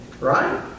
Right